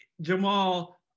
Jamal